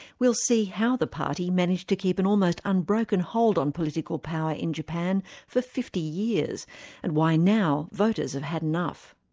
we'll see how the party managed to keep an almost unbroken hold on political power in japan for fifty years and why, now, voters have had enough.